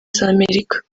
z’amerika